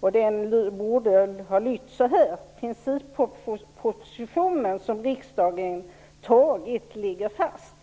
och den borde ha lytt: Den principproposition som riksdagen har tagit ligger fast.